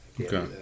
okay